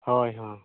ᱦᱳᱭ ᱦᱳᱭ